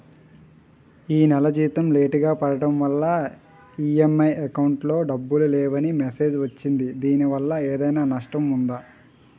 ఈ నెల జీతం లేటుగా పడటం వల్ల ఇ.ఎం.ఐ అకౌంట్ లో డబ్బులు లేవని మెసేజ్ వచ్చిందిదీనివల్ల ఏదైనా నష్టం ఉందా?